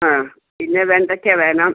അ പിന്നെ വെണ്ടയ്ക്ക